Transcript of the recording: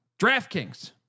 DraftKings